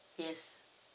yes